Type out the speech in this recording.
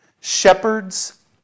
Shepherds